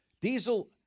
Diesel